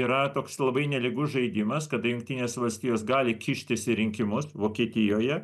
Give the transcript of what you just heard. yra toks labai nelygus žaidimas kada jungtinės valstijos gali kištis į rinkimus vokietijoje